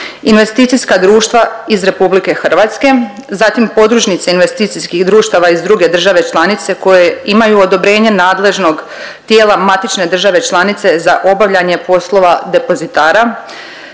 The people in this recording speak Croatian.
Investicijska društva iz RH, zatim podružnice investicijskih društava iz druge države članice koje imaju odobrenje nadležnog tijela matične države članice za obavljanje poslova depozitara